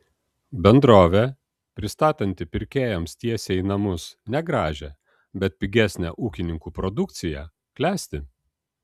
bendrovė pristatanti pirkėjams tiesiai į namus negražią bet pigesnę ūkininkų produkciją klesti